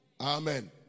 Amen